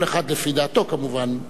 כל אחד לפי דעתו, כמובן.